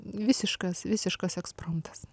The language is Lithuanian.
visiškas visiškas ekspromtas